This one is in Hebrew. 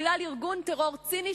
בגלל ארגון טרור ציני,